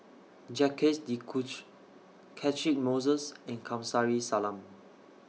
Jacques De Coutre Catchick Moses and Kamsari Salam